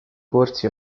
corsi